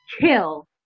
kill